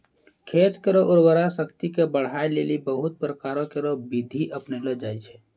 खेत केरो उर्वरा शक्ति क बढ़ाय लेलि बहुत प्रकारो केरो बिधि अपनैलो जाय छै